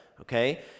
okay